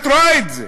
את רואה את זה.